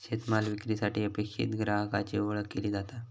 शेतमाल विक्रीसाठी अपेक्षित ग्राहकाची ओळख केली जाता